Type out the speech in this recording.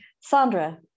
Sandra